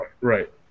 right